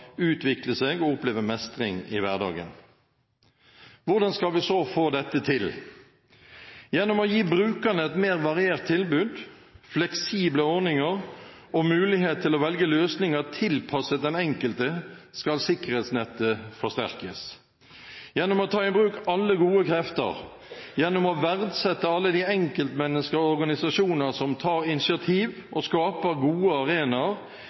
utvikle seg og oppleve mestring i hverdagen. Hvordan skal vi så få dette til? Gjennom å gi brukerne et mer variert tilbud, fleksible ordninger og mulighet til å velge løsninger tilpasset den enkelte skal sikkerhetsnettet forsterkes. Gjennom å ta i bruk alle gode krefter, gjennom å verdsette alle de enkeltmennesker og organisasjoner som tar initiativ og skaper gode arenaer,